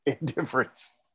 Indifference